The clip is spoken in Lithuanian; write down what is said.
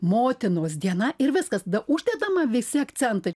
motinos diena ir viskas tada uždedama visi akcentai